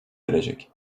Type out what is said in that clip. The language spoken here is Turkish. erecek